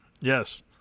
yes